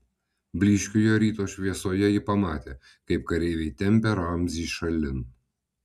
blyškioje ryto šviesoje ji pamatė kaip kareiviai tempia ramzį šalin